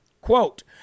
Quote